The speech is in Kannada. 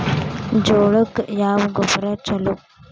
ಜೋಳಕ್ಕ ಯಾವ ಗೊಬ್ಬರ ಛಲೋ?